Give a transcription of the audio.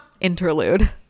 interlude